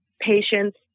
patients